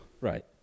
Right